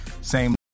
same-